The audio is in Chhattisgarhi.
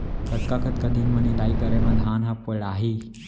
कतका कतका दिन म निदाई करे म धान ह पेड़ाही?